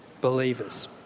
believers